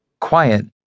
Quiet